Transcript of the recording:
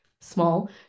small